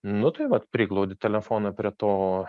nu tai vat priglaudi telefoną prie to